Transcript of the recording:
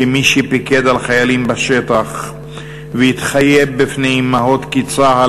כמי שפיקד על חיילים בשטח והתחייב בפני אימהות כי צה"ל